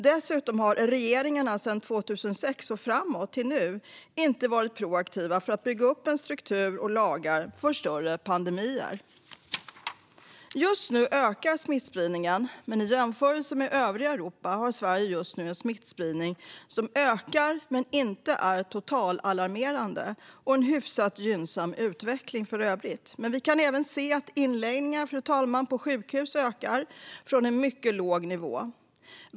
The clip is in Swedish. Dessutom har regeringarna sedan 2006 och fram till nu inte varit proaktiva för att bygga upp en struktur och lagar för större pandemier. Just nu ökar smittspridningen. I jämförelse med övriga Europa har Sverige just nu en smittspridning som ökar men inte är totalalarmerande och en hyfsat gynnsam utveckling i övrigt. Vi kan även se att inläggningar på sjukhus ökar från en mycket låg nivå, fru talman.